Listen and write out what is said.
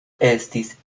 estis